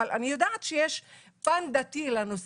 אבל אני יודעת שיש פן דתי לנושא.